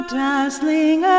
dazzling